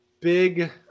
big